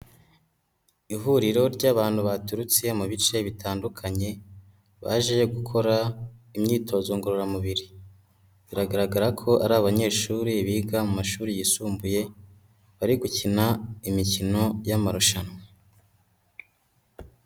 Ihuriro ry'abantu baturutse mu bice bitandukanye, baje gukora imyitozo ngororamubiri. Biragaragara ko ari abanyeshuri biga mu mashuri yisumbuye, bari gukina imikino y'amarushanwa.